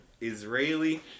Israeli